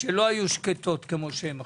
שלא היו שקטות כפי שהן עכשיו.